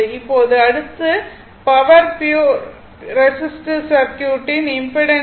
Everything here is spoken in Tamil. இப்போது அடுத்து பவர் ப்யுர் ரெசிஸ்டிவ் சர்க்யூட்டின் இம்பிடன்ஸ்